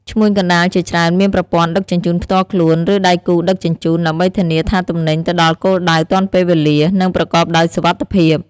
ឈ្មួញកណ្តាលជាច្រើនមានប្រព័ន្ធដឹកជញ្ជូនផ្ទាល់ខ្លួន ឬដៃគូដឹកជញ្ជូន ដើម្បីធានាថាទំនិញទៅដល់គោលដៅទាន់ពេលវេលា និងប្រកបដោយសុវត្ថិភាព។